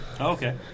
Okay